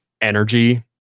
energy